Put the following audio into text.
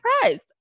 surprised